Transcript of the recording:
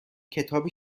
کتاب